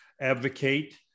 advocate